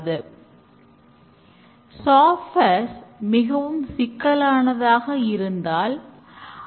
இது ஒரு மிக மிக சிறிய கேள்வி